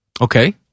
Okay